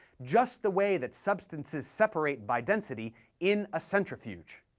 just the way that substances separate by density in a centrifuge.